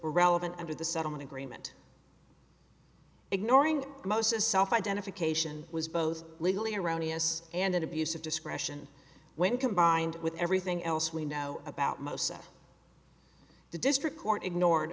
relevant under the settlement agreement ignoring most is self identification was both legally erroneous and an abuse of discretion when combined with everything else we know about most of the district court ignored